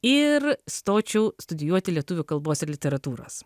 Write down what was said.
ir stočiau studijuoti lietuvių kalbos ir literatūros